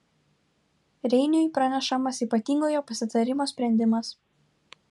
reiniui pranešamas ypatingojo pasitarimo sprendimas